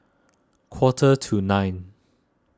quarter to nine